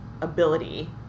ability